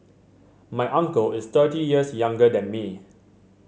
my uncle is thirty years younger than me